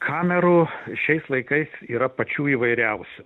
kamerų šiais laikais yra pačių įvairiausių